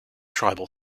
tribal